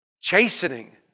Chastening